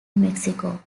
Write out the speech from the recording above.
mexico